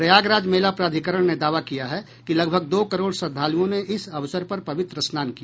प्रयागराज मेला प्राधिकरण ने दावा किया है कि लगभग दो करोड़ श्रद्धालुओं ने इस अवसर पर पवित्र स्नान किया